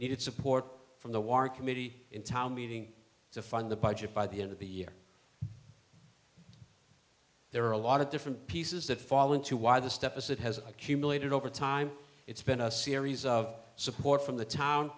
it's support from the war committee in town meeting to fund the budget by the end of the year there are a lot of different pieces that fall into why the step as it has accumulated over time it's been a series of support from the town